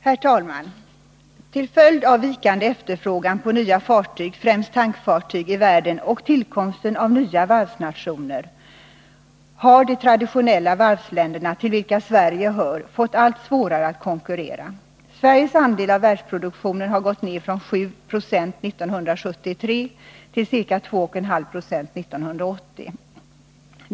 Herr talman! Till följd av vikande efterfrågan på nya fartyg, främst tankfartyg, i världen och tillkomsten av nya varvsnationer, har de traditionella varvsländerna, till vilka Sverige hör, fått allt svårare att konkurrera. Sveriges andel av världsproduktionen har gått ner från 7 20 år 1973 till ca 2,5 90 år 1980.